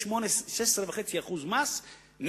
שבתקופה כזאת צריך להפחית מס הכנסה.